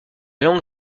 langue